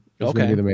okay